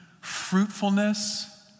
fruitfulness